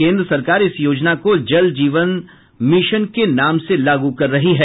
केंद्र सरकार इस योजना को जल जीवन मिशन के नाम से लागू कर रही है